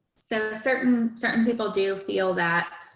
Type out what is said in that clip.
so certain certain people do feel that,